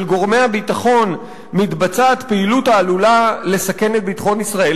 גורמי הביטחון מתבצעת פעילות העלולה לסכן את ביטחון ישראל,